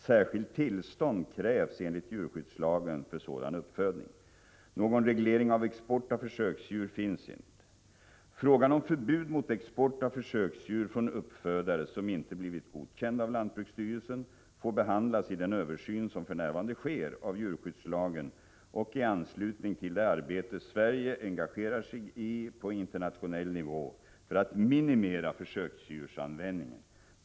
Särskilt tillstånd krävs enligt djurskyddslagen för sådan uppfödning. Någon reglering av export av försöksdjur finns inte. Frågan om förbud mot export av försöksdjur från uppfödare som inte blivit godkända av lantbruksstyrelsen får behandlas i den översyn som för närvarande sker av djurskyddslagen och i anslutning till det arbete Sverige engagerar sig i på internationell nivå för att minimera försöksdjursanvändningen.